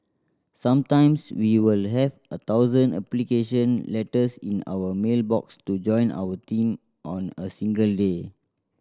sometimes we will have a thousand application letters in our mail box to join our team on a single day